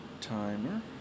Timer